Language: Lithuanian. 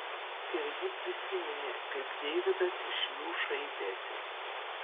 ir ji prisiminė kaip deividas iš jų šaipėsi